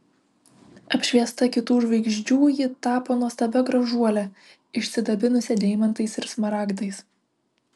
apšviesta kitų žvaigždžių ji tapo nuostabia gražuole išsidabinusia deimantais ir smaragdais